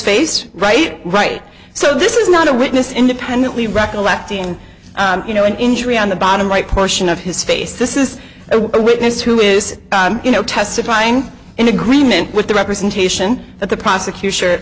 face right right so this is not a witness independently recollecting you know an injury on the bottom right portion of his face this is a witness who is you know testifying in agreement with the representation that the prosecution